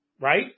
right